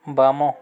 ବାମ